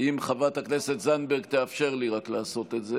אם חברת הכנסת זנדברג רק תאפשר לי לעשות את זה,